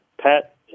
Pat